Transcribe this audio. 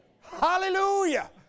Hallelujah